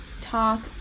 talk